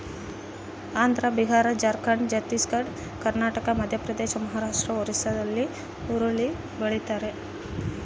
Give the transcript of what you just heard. Andhra Bihar Jharkhand Chhattisgarh Karnataka Madhya Pradesh Maharashtra ಒರಿಸ್ಸಾಲ್ಲಿ ಹುರುಳಿ ಬೆಳಿತಾರ